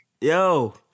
Yo